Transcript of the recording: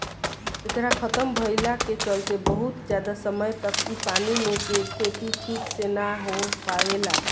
एकरा खतम भईला के चलते बहुत ज्यादा समय तक इ पानी मे के खेती ठीक से ना हो पावेला